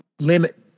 limit